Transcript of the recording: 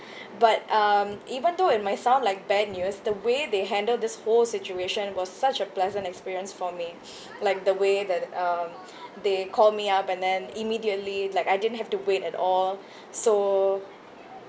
but um even though it might sound like bad news the way they handle this whole situation was such a pleasant experience for me like the way that um they call me up and then immediately like I didn't have to wait at all so